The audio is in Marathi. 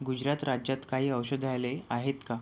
गुजरात राज्यात काही औषधालय आहेत का